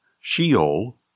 Sheol